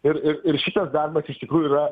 ir ir ir šitas darbas iš tikrųjų yra